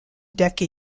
decca